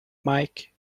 mike